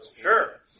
Sure